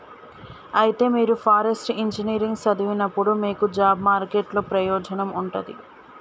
అయితే మీరు forest engineering సదివినప్పుడు మీకు జాబ్ మార్కెట్ లో ప్రయోజనం ఉంటది